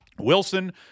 Wilson